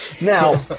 Now